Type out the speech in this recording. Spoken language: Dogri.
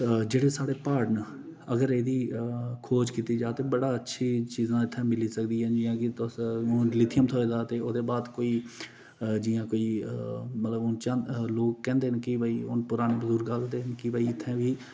जेह्ड़े साढ़े प्हाड़ न अगर एहदी खोज कीती जा ते बड़ा अच्छी चीजां इत्थे मिली सकदियां न जियां कि तुस लिथियम थ्होए दा ओह्दे बाद कोई जियां कोई मतलब हून चंद लोक कैंहदे न कि भाई हून पराने बजुर्ग आखदे ना कि इत्थें बी